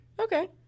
Okay